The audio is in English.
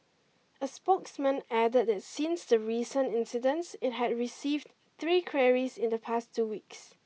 A spokesman added that since the recent incidents it has received three queries in the past two weeks